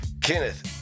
Kenneth